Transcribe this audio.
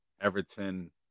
Everton –